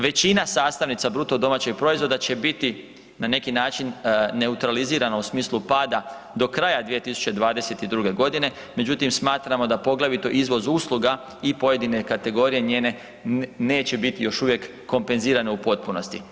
Većina sastavnica BDP-a će biti na neki način neutralizirana u smislu pada do kraja 2022. godine međutim smatramo da poglavito izvoz usluga i pojedine kategorije njene neće biti još uvijek kompenzirane u potpunosti.